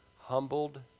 humbled